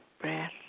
breath